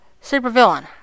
super-villain